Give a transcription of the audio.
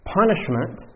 punishment